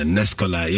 Nescola